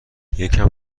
یکم